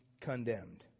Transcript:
condemned